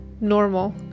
normal